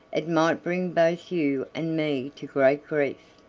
it might bring both you and me to great grief.